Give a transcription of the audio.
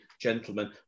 gentlemen